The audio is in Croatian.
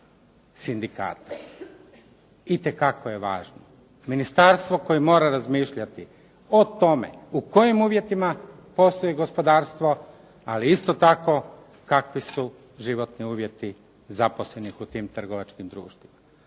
sindikata. Itekako je važno. Ministarstvo koje mora razmišljati o tome u kojim uvjetima posluje gospodarstvo, ali isto tako kakvi su životni uvjeti zaposlenih u tim trgovačkim društvima.